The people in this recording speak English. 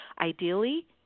Ideally